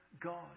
God